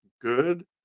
good